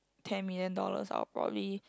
ten million dollars I will probably